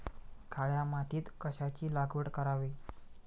काळ्या मातीत कशाची लागवड करावी?